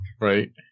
Right